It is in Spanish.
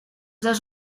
dos